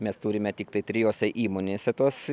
mes turime tiktai trijose įmonėse tuos